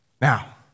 Now